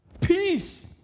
peace